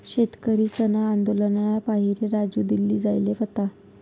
शेतकरीसना आंदोलनना पाहिरे राजू दिल्ली जायेल व्हता